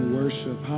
worship